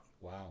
Wow